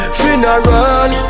funeral